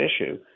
issue